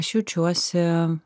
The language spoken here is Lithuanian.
aš jaučiuosi